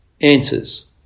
answers